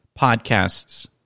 podcasts